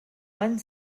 one